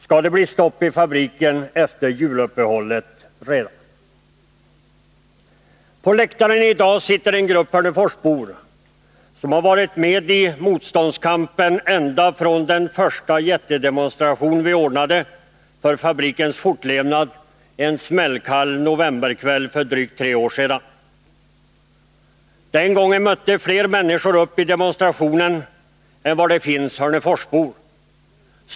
Skall det bli stopp i fabriken redan efter juluppehållet? På läktaren sitter i dag en grupp hörneforsbor, som varit med i motståndskampen ända från den första jättedemonstration vi ordnade för fabrikens fortlevnad en smällkall novemberkväll för drygt tre år sedan. Den gången mötte fler människor upp i demonstrationen än vad det finns hörneforsbor.